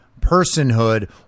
personhood